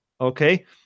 okay